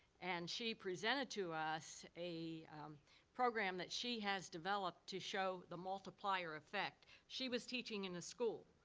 and she presented to us a program that she has developed to show the multiplier effect. she was teaching in a school.